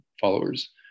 followers